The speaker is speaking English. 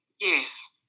Yes